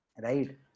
right